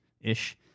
ish